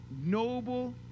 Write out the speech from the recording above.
noble